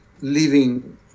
living